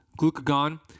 Glucagon